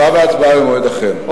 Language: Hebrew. תשובה והצבעה במועד אחר.